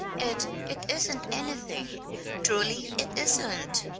it it isn't anything truly it isn't,